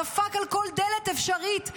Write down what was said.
דפק על כל דלת אפשרית,